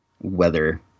weather